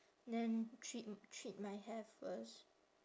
then treat treat my hair first